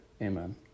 Amen